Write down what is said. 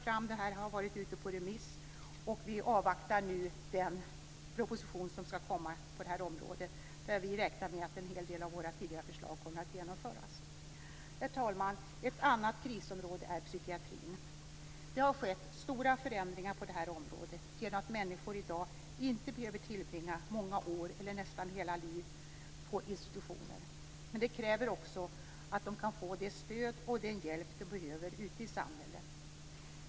De har varit ute på remiss, och vi avvaktar nu den proposition som skall komma på det här området. Vi räknar med att en hel del av våra tidigare förslag kommer att genomföras. Herr talman! Ett annat krisområde är psykiatrin. Det har skett stora förändringar på det området. Människor behöver i dag inte tillbringa många år eller nästan hela livet på institutioner. Detta kräver att de kan få det stöd och den hjälp de behöver ute i samhället.